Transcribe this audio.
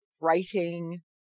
writing